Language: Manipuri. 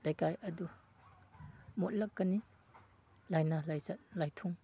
ꯂꯩꯀꯥꯏ ꯑꯗꯨ ꯃꯣꯠꯂꯛꯀꯅꯤ ꯂꯥꯏꯅꯥ ꯂꯥꯏꯆꯠ ꯂꯥꯏꯊꯨꯡ